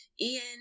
Ian